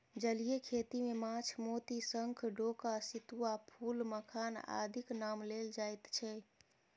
जलीय खेती मे माछ, मोती, शंख, डोका, सितुआ, फूल, मखान आदिक नाम लेल जाइत छै